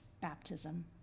Baptism